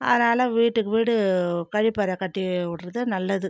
அதனால் வீட்டுக்கு வீடு கழிப்பறை கட்டிவிட்றது நல்லது